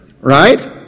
right